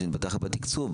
בתקצוב,